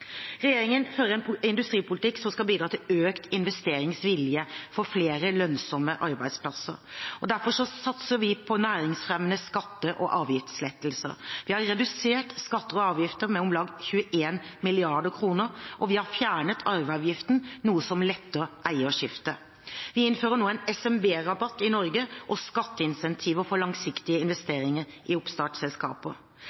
Regjeringen fører en industripolitikk som skal bidra til økt investeringsvilje for flere lønnsomme arbeidsplasser. Derfor satser vi på næringsfremmende skatte- og avgiftslettelser. Vi har redusert skatter og avgifter med om lag 21 mrd. kr, og vi har fjernet arveavgiften – noe som letter eierskifter. Vi innfører nå en SMB-rabatt i Norge og skatteincentiver for langsiktige